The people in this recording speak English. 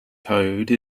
code